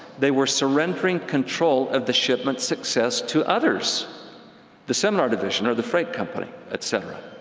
they were surrendering control of the shipment's success to others the seminar division, or the freight company, etc.